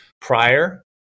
prior